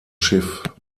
schiff